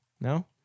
no